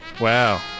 Wow